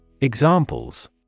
Examples